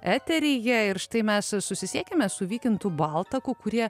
eteryje ir štai mes susisiekėme su vykintu baltaku kurie